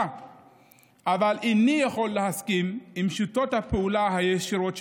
אבל איני יכול להסכים לשיטות הפעולה הישירות שלך,